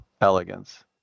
elegance